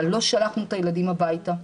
אבל לא שלחנו את הילדים הביתה,